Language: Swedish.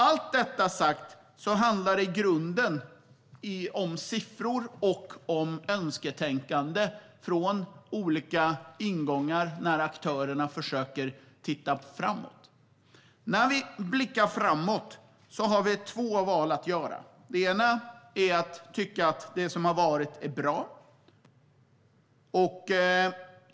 Allt detta sagt, i grunden handlar det om siffror och om önsketänkande utifrån olika ingångar då aktörerna försöker blicka framåt. När vi blickar framåt har vi två val. Det ena är att tycka att det som varit är bra.